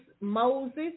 Moses